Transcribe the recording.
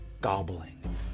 gobbling